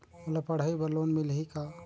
मोला पढ़ाई बर लोन मिलही का?